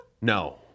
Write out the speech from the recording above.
No